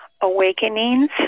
awakenings